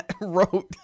wrote